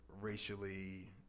racially